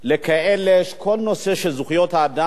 לכאלה שכל הנושא של זכויות האדם